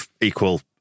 equal